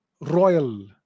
royal